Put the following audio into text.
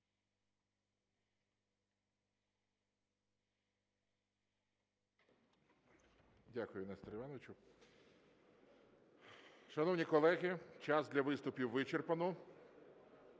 Дякую, Несторе Івановичу. Шановні колеги, час для виступів вичерпано,